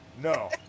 No